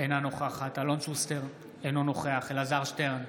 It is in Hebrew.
אינה נוכחת אלון שוסטר, אינו נוכח אלעזר שטרן,